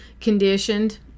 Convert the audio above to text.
conditioned